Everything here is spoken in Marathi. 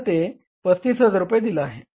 तर ते 35000 रुपये दिला आहे